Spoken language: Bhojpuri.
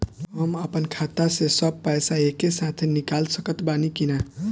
हम आपन खाता से सब पैसा एके साथे निकाल सकत बानी की ना?